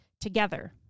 together